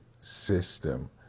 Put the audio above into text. system